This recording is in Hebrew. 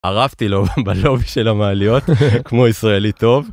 ארבתי לו בלובי של המעליות כמו ישראלי טוב.